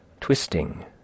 twisting